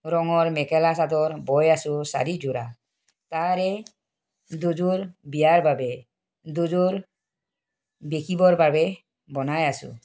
ৰঙৰ মেখেলা চাদৰ বৈ আছোঁ চাৰিযোৰা তাৰে দুযোৰ বিয়াৰ বাবে দুযোৰ বিকিবৰ বাবে বনাই আছোঁ